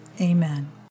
Amen